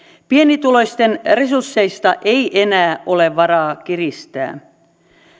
pienituloisten resursseista ei enää ole varaa kiristää